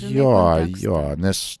jo jo nes